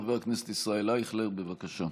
ראשון הדוברים, חבר הכנסת ישראל אייכלר, בבקשה.